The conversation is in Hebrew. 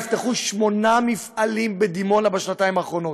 נפתחו שמונה מפעלים בדימונה בשנתיים האחרונות.